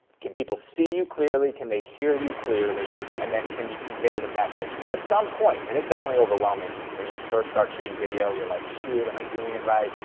can people see you clearly, can they hear you clearly, and then can you convey the message? because at some point, and it's definitely overwhelming, when you first start shooting video, you're like, shoot, am i doing it right?